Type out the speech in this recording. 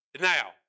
Now